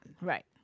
Right